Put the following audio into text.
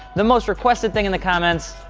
the most requested thing in the comments,